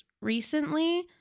recently